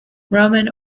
roman